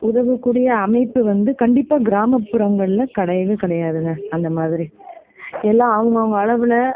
உதவக்கூடிய அமைப்பு வந்து கண்டிப்பாக கிராமப்புறங்களில் கிடையவே கிடையாதுங்க அந்தமாதிரி எல்லாம் அவங்க அவங்க அளவில்